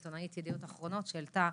גילית היא עיתונאית ידיעות אחרונות שהעלתה